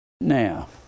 Now